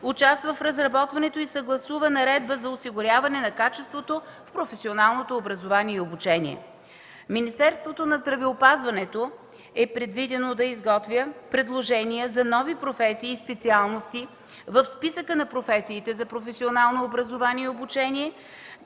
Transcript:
участва в разработването и съгласува Наредба за осигуряване на качеството с професионалното образование и обучение. Министерството на здравеопазването е предвидено да изготвя предложения за нови професии и специалности в списъка на професиите за професионално образование и обучение,